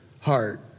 heart